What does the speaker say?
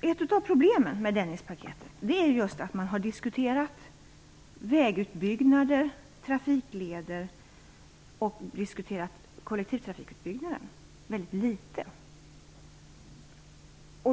Ett av problemen med Dennispaketet är just att man har diskuterat vägutbyggnader och trafikleder medan kollektivtrafikutbyggnaden har diskuterats väldigt litet.